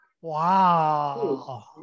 Wow